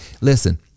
Listen